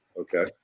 okay